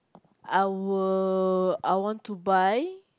I will I want to buy